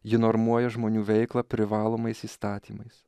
ji normuoja žmonių veiklą privalomais įstatymais